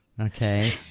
Okay